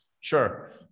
Sure